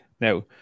Now